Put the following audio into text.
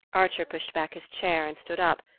archer pushed back his chair and stood up.